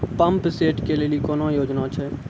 Pump set केलेली कोनो योजना छ?